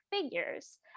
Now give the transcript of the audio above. figures